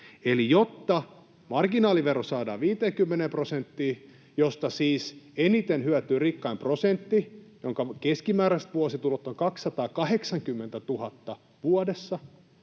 Eli jotta marginaalivero saadaan 50 prosenttiin — mistä siis eniten hyötyy rikkain prosentti, jonka keskimääräiset vuositulot ovat 280 000 vuodessa,